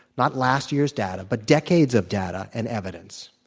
not last year's data, but decades of data and evidence,